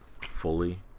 fully